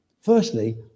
firstly